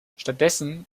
stattdessen